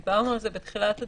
דיברנו על זה בתחילת הדיון.